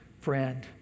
friend